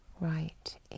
Right